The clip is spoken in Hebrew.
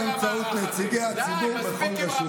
למדינה אין כסף לכל המערך הזה.